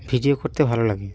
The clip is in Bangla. ভিডিও করতে ভালো লাগে